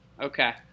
Okay